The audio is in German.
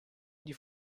die